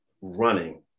running